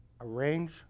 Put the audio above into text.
arrange